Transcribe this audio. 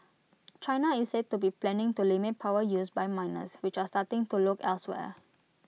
China is said to be planning to limit power use by miners which are starting to look elsewhere